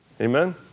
Amen